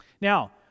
now